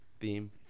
theme